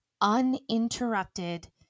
uninterrupted